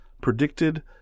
predicted